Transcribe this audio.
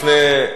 לפני,